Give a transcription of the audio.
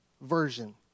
version